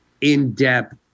in-depth